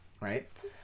right